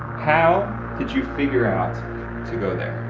how did you figure out to go there?